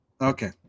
Okay